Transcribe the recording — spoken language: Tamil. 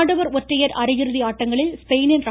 ஆடவர் ஒற்றையர் அரையிறுதி ஆட்டங்களில் ஸ்பெயினின் ர